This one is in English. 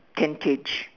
tentage